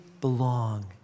belong